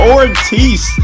Ortiz